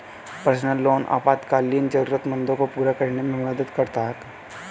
personal loan आपातकालीन जरूरतों को पूरा करने में मदद कर सकता है